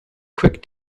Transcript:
quick